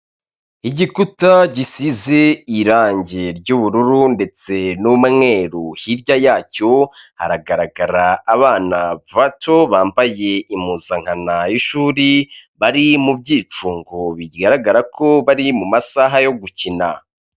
Igikuta gisize irangi ry'ubururu ndetse n'umweru, hirya yacyo haragaragara abana bato bambaye impuzankanana y'ishuri. Bari mu byicungo bigaragara ko bari mu masaha yo gukina.